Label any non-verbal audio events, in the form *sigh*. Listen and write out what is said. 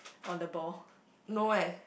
on the ball *laughs*